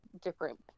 different